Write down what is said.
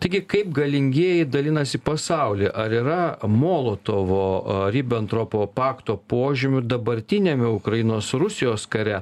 taigi kaip galingieji dalinasi pasaulį ar yra molotovo ribentropo pakto požymių dabartiniame ukrainos rusijos kare